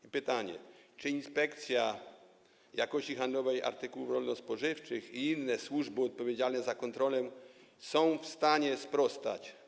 I pytanie: Czy Inspekcja Jakości Handlowej Artykułów Rolno-Spożywczych i inne służby odpowiedzialne za kontrolę są w stanie temu sprostać?